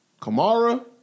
Kamara